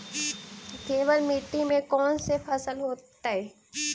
केवल मिट्टी में कौन से फसल होतै?